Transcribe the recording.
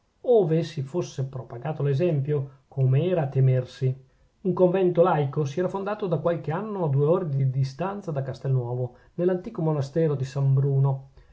ove si fosse propagato l'esempio come era a temersi un convento laico si era fondato da qualche anno a due ore di distanza da castelnuovo nell'antico monastero di san bruno